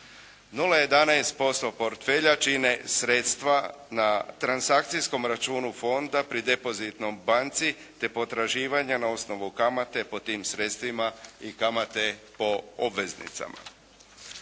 0,11% portfelja čine sredstva na transakcijskom računu fonda pri depozitnoj banci, te potraživanja na osnovu kamate pod tim sredstvima i kamate po obveznicama.